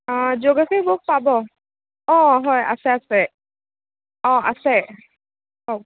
অঁ জুগ্ৰাফিৰ বুক পাব অঁ হয় আছে আছে অঁ আছে কওক